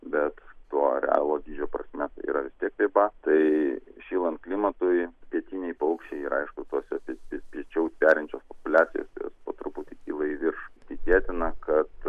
bet to arealo dydžio prasme tai yra vis tiek riba tai šylant klimatui pietiniai paukščiai ir aišku tos susipilčiau perinčios plečiasi jos po truputį kyla į viršų tikėtina kad